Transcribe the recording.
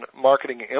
marketing